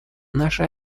наша